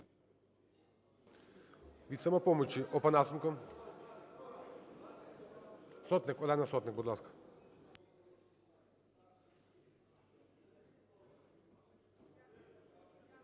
"Самопоміч" Олена Сотник, будь ласка.